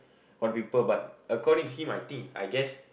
for people but according to him I think I guess